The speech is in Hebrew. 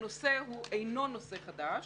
הנושא אינו נושא חדש,